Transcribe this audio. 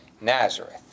Nazareth